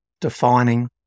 defining